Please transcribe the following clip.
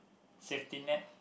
safety net